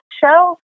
show